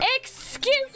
Excuse